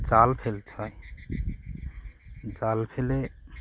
জাল ফেলতে হয় জাল ফেলে